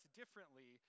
differently